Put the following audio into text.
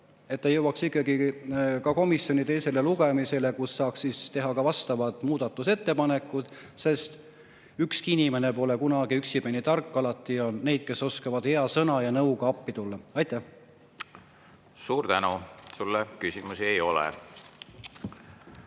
et see jõuaks [uuesti] komisjoni ja teisele lugemisele. Siis saaks teha vastavad muudatusettepanekud, sest ükski inimene pole kunagi üksipäini tark. Alati on neid, kes oskavad hea sõna ja nõuga appi tulla. Aitäh! Suur tänu! Sulle küsimusi ei